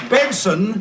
Benson